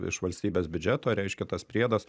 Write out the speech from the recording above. iš valstybės biudžeto reiškia tas priedas